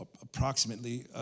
approximately